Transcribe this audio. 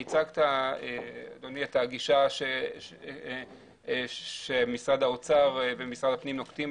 הצגת את הגישה שמשרד האוצר ומשרד הפנים נוקטים